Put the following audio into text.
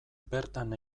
bertan